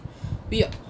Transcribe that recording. B